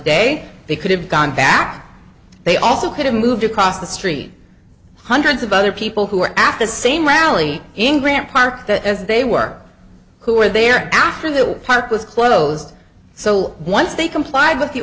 day they could have gone back they also could have moved across the street hundreds of other people who were at the same rally in grant park as they work who were there after the park was closed so once they complied with the